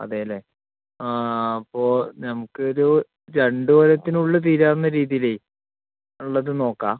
അതെ അല്ലെ അപ്പോൾ നമുക്കൊരു രണ്ട് കൊല്ലത്തിനുള്ളിൽ തീരാവുന്ന രീതിയില് ഉള്ളത് നോക്കാം